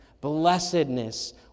blessedness